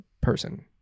person